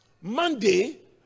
Monday